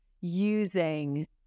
using